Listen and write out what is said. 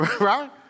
Right